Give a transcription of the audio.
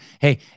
Hey